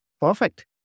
perfect